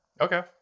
Okay